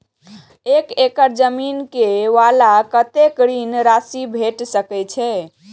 एक एकड़ जमीन वाला के कतेक ऋण राशि भेट सकै छै?